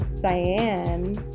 Cyan